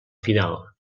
final